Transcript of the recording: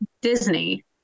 Disney